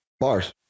Bars